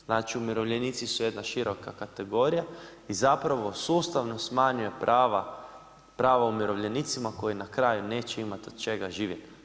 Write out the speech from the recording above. Znači umirovljenici su jedna široka kategorija i zapravo sustavno smanjuje prava umirovljenicima, koji na kraju neće imati od čega živjeti.